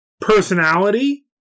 personality